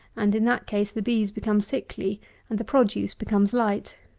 and in that case the bees become sickly and the produce becomes light.